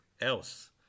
else